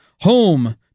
home